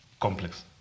complex